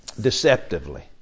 Deceptively